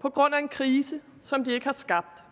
på grund af en krise, som de ikke har skabt.